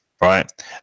right